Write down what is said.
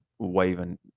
waving